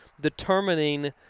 determining